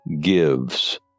gives